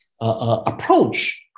approach